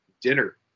Dinner